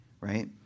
right